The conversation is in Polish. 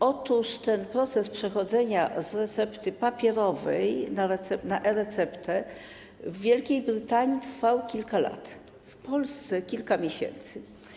Otóż ten proces przechodzenia z recepty papierowej na e-receptę w Wielkiej Brytanii trwał kilka lat, w Polsce będzie trwał kilka miesięcy.